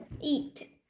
eat